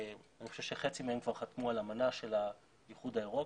אני חושב שחצי מהם כבר חתמו על האמנה של האיחוד האירופי.